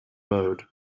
mode